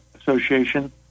Association